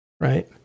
right